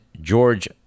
George